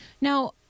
Now